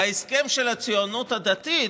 בהסכם של הציונות הדתית,